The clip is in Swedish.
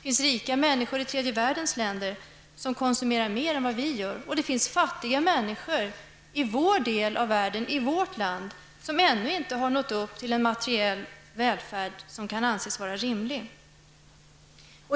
I tredje världens länder finns det rika människor som konsumerar mer än vad vi gör, och det finns fattiga människor i vår del av världen, i vårt land, som ännu inte har nått upp till en materiell välfärd som kan anses vara rimlig.